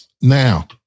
now